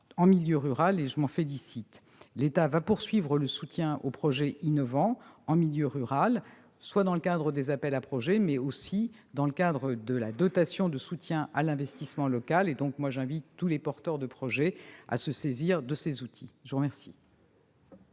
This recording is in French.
en milieu rural, et je m'en félicite. L'État poursuivra son soutien aux projets innovants en milieu rural, dans le cadre des appels à projets, mais aussi dans le cadre de la dotation de soutien à l'investissement local. J'invite tous les porteurs de projets à se saisir de ces outils. Je demande